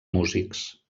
músics